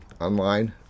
online